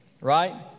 right